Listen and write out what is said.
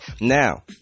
now